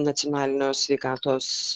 nacionalinio sveikatos